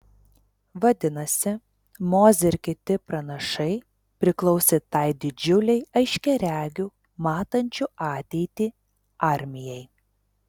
vadinasi mozė ir kiti pranašai priklausė tai didžiulei aiškiaregių matančių ateitį armijai